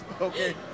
Okay